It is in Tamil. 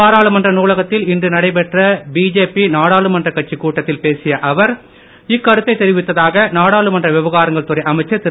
பாராளுமன்ற நூலகத்தில் இன்று நடைபெற்ற பிஜேபி நாடாளுமன்ற கட்சிக் கூட்டத்தில் பேசிய பிரதமர் இக்கருத்தை தெரிவித்தாக நாடாளுமன்ற விவகாரங்கள் துறை அமைச்சர் திரு